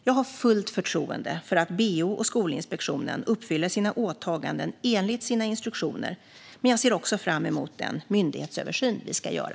Jag har fullt förtroende för att BEO och Skolinspektionen uppfyller sina åtaganden enligt sina instruktioner men ser också fram mot den myndighetsöversyn vi ska göra.